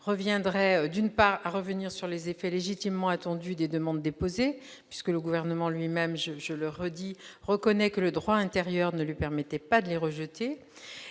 signifierait, d'une part, revenir sur les effets légitimement attendus des demandes déposées- le Gouvernement lui-même reconnaît que le droit antérieur ne lui permettait pas de les rejeter